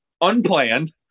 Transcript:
unplanned